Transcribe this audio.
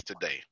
today